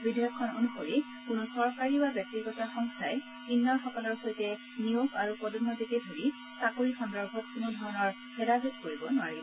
বিধেয়কখন অনুসৰি কোনো চৰকাৰী বা ব্যক্তিগত সংস্থাই কিন্নড়সকলৰ সৈতে নিয়োগ আৰু পদোন্নতিকে ধৰি চাকৰি সন্দৰ্ভত কোনো ধৰণৰ ভেদাভেদ কৰিব নোৱাৰিব